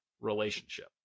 relationship